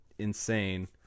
insane